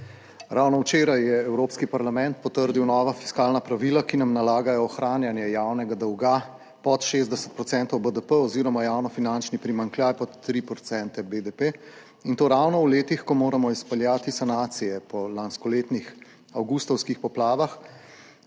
Ravno včeraj je Evropski parlament potrdil nova fiskalna pravila, ki nam nalagajo ohranjanje javnega dolga pod 60 % BDP oziroma javnofinančni primanjkljaj pod 3 % BDP, in to ravno v letih, ko moramo izpeljati sanacije po lanskoletnih avgustovskih poplavah,